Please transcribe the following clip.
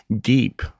deep